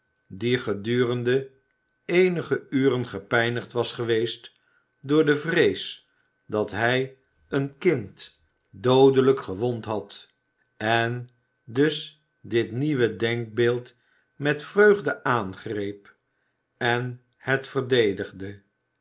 die gedurende eenige uren gepijnigd was geweest door de vrees dat hij een kind doodelijk gewond had en dus dit nieuwe denkbeeld met vreugde aangreep en het verdedigde